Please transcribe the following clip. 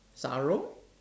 sarung